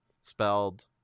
spelled